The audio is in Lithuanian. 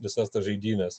visas tas žaidynes